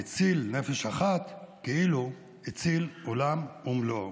המציל נפש אחת כאילו הציל עולם ומלואו.